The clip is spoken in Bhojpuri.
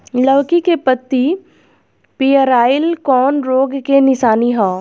लौकी के पत्ति पियराईल कौन रोग के निशानि ह?